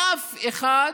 ואף אחד,